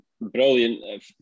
brilliant